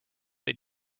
they